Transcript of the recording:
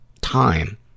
time